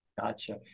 Gotcha